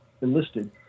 enlisted